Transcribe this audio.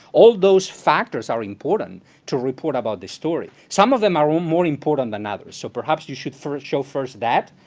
all those factors are important to report about this story. some of them are um more important than others. so perhaps you should first show first that,